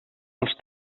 els